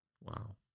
wow